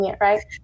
right